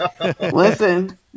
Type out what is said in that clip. Listen